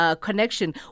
Connection